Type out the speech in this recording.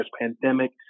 pandemic